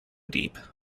deep